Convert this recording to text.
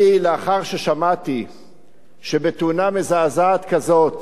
לאחר ששמעתי שבתאונה מזעזעת כזאת